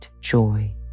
joy